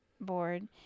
board